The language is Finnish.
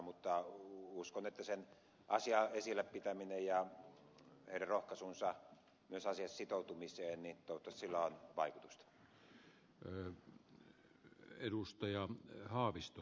mutta uskon että asian esillä pitämisellä ja heidän rohkaisemisellaan myös sitoutua asiaan on toivottavasti vaikutusta